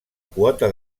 quota